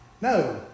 No